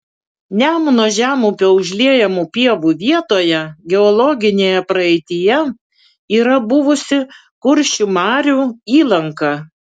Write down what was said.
nemuno žemupio užliejamų pievų vietoje geologinėje praeityje yra buvusi kuršių marių įlanka